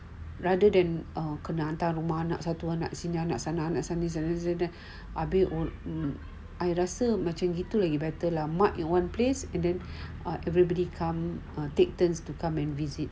rather than err kena hantar pergi rumah satu anak ke satu anak sini anak sana anak sana sana sana habis I rasa macam gitu lagi better lah emak yang in one place everybody come take turns come and visit